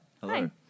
Hello